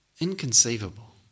inconceivable